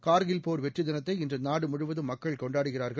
கார்கில் போர் வெற்றி தினத்தை இன்று நாடு முழுவதும் மக்கள் கொண்டாடுகிறார்கள்